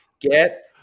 get